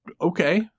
Okay